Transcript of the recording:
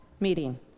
meeting